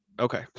Okay